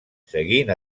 seguint